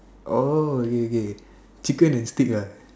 oh okay okay chicken and steak ah